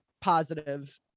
positive